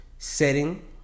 Setting